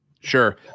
Sure